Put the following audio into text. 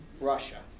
Russia